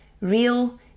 real